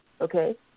Okay